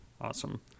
Awesome